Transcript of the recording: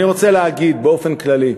ואני רוצה להגיד באופן כללי,